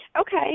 Okay